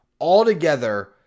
Altogether